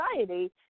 society